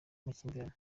makimbirane